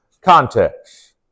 Context